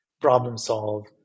problem-solve